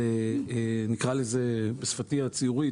נקרא לזה בשפתי הציורית,